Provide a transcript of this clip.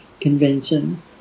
convention